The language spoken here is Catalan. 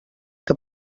que